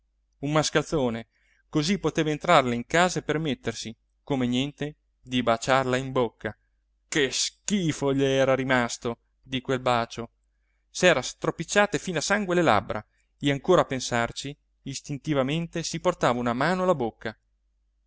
un mascalzone così poteva entrarle in casa e permettersi come niente di baciarla in bocca che schifo le era rimasto di quel bacio s'era stroppicciate fino a sangue le labbra e ancora a pensarci istintivamente si portava una mano alla bocca